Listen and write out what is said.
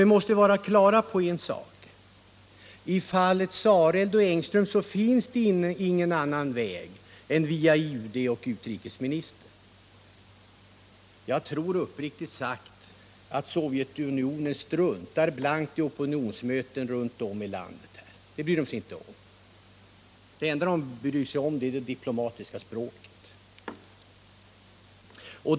Vi måste vara på det klara med en sak: I fallet Sareld och Engström finns ingen annan väg att gå än via UD och utrikesministern. Jag tror uppriktigt sagt att Sovjetunionen struntar blankt i opinionsmöten runt om i landet. Dem bryr man sig inte om. Det enda man bryr sig om är det diplomatiska språket.